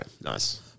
Nice